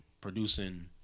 producing